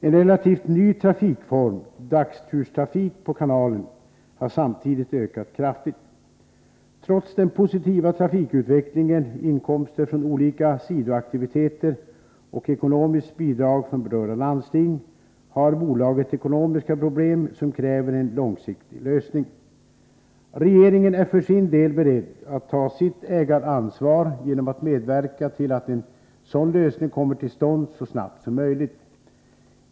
En relativt ny trafikform, dagsturstrafik på kanalen, har samtidigt ökat kraftigt. Trots den positiva trafikutvecklingen, inkomster från olika sidoaktiviteter och ekonomiskt bidrag från berörda landsting, har bolaget ekonomiska problem som kräver en långsiktig lösning. Regeringen är för sin del beredd att ta sitt ägaransvar genom att medverka till att en sådan lösning kommer till stånd så snabbt som möjligt.